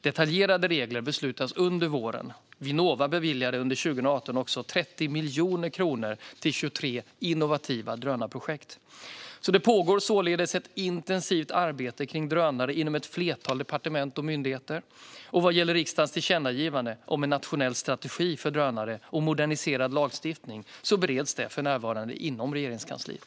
Detaljerade regler beslutas under våren. Vinnova beviljade under 2018 också 30 miljoner kronor till 23 innovativa drönarprojekt. Det pågår således ett intensivt arbete kring drönare inom ett flertal departement och myndigheter. Vad gäller riksdagens tillkännagivande om en nationell strategi för drönare och moderniserad lagstiftning bereds det för närvarande inom Regeringskansliet.